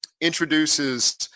introduces